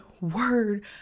word